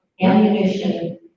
ammunition